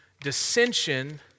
dissension